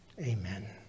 Amen